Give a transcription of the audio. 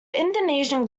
indonesian